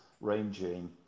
ranging